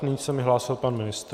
Nyní se mi hlásil pan ministr.